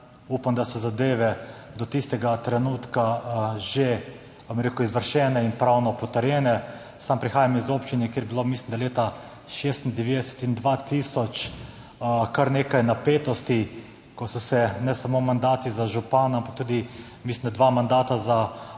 upam, da so zadeve do tistega trenutka že, bom rekel, izvršene in pravno potrjene. Sam prihajam iz občine, kjer je bilo, mislim, da leta 1996 in 2000, kar nekaj napetosti, ko so se ne samo mandati za župana, ampak mislim, da tudi dva mandata za občinski